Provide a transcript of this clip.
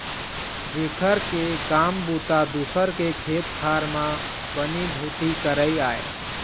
जेखर के काम बूता दूसर के खेत खार म बनी भूथी करई आय